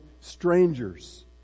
strangers